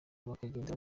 bakagendera